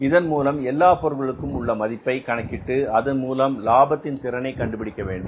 இதன் மூலம் எல்லா பொருள்களுக்கும் உள்ள மதிப்பை கணக்கிட்டு அதன்மூலம் லாபத்தின் திறனை கண்டுபிடிக்க வேண்டும்